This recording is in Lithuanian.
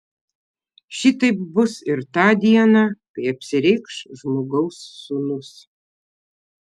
šitaip bus ir tą dieną kai apsireikš žmogaus sūnus